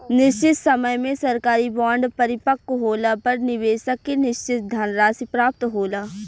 निशचित समय में सरकारी बॉन्ड परिपक्व होला पर निबेसक के निसचित धनराशि प्राप्त होला